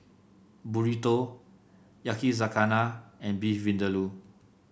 Burrito Yakizakana and Beef Vindaloo